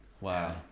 Wow